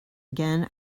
again